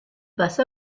passa